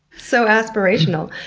so aspirational.